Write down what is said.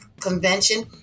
convention